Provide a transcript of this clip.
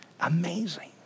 Amazing